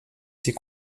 ses